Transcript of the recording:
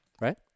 Right